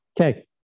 okay